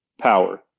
power